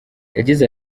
yagize